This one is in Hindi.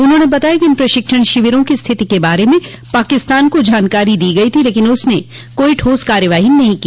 उन्होंने बताया कि इन प्रशिक्षण शिविरों की स्थिति के बारे में पाकिस्तान को जानकारी दी गई थी लेकिन उसने कोई ठोस कार्रवाई नहीं की